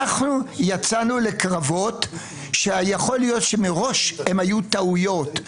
אנחנו יצאנו לקרבות שיכול להיות שמראש הם היו טעויות,